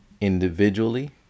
individually